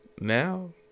Now